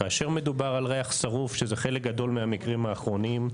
כאשר מדובר על ריח שרוף שזה חלק גדול מהמקרים האחרונים,